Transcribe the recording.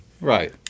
Right